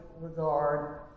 regard